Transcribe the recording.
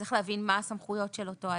צריך להבין מה הסמכויות של אותו אדם,